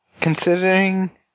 considering